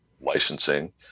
licensing